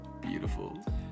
beautiful